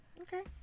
Okay